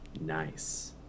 Nice